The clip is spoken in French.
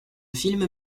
film